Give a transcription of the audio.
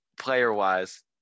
player-wise